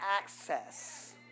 access